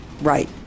Right